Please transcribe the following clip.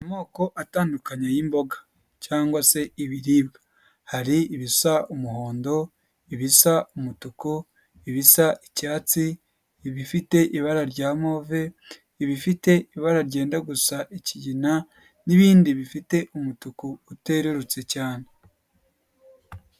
Amoko atandukanye y'imboga cyangwa se ibiribwa, hari ibisa umuhondo, ibisa umutuku, ibisa icyatsi, ibifite ibara rya move, ibifite ibara ryenda gusa ikigina n'ibindi bifite umutuku utererutse cyane.